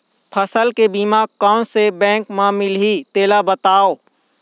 फसल के बीमा कोन से बैंक म मिलही तेला बता?